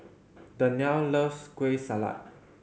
Dannielle loves Kueh Salat